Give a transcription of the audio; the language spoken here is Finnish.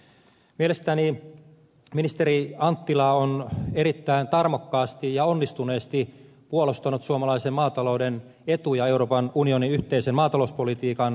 mielestäni ministeri anttila on erittäin tarmokkaasti ja onnistuneesti puolustanut suomalaisen maatalouden etuja euroopan unionin yhteisen maatalouspolitiikan uudistuksissa